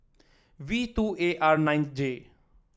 V two A R nine J